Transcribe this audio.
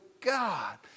God